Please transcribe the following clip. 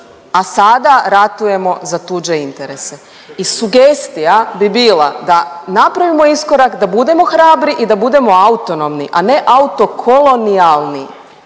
a sada ratujemo za tuđe interese i sugestija bi bila da napravimo iskorak, da budemo hrabri i da budemo autonomni, a ne auto kolonijalni,